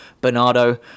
Bernardo